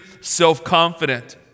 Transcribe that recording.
self-confident